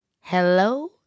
Hello